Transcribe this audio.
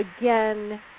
again